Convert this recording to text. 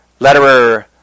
Letterer